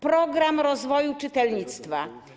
Program rozwoju czytelnictwa.